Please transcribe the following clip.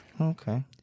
okay